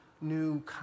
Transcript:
new